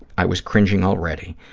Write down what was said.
i was cringing already.